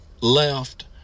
left